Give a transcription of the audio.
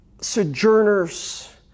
sojourners